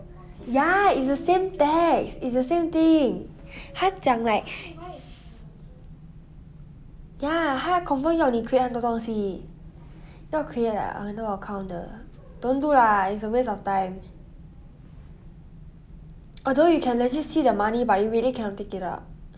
ya it's the same text it's the same thing 他讲 like ya 他 confirm 要你 create 很多东西不要 create lah 很多 account 的 don't do lah it's a waste of time although you can legit see the money but you really cannot take it out